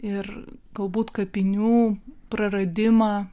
ir galbūt kapinių praradimą